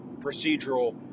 procedural